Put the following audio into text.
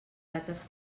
rates